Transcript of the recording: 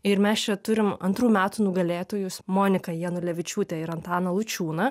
ir mes čia turim antrų metų nugalėtojus moniką janulevičiūtę ir antaną lučiūną